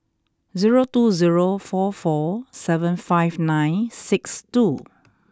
zero two zero four four seven five nine six two